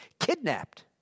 kidnapped